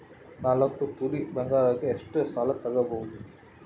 ನಾಲ್ಕು ತೊಲಿ ಬಂಗಾರಕ್ಕೆ ಎಷ್ಟು ಸಾಲ ತಗಬೋದು?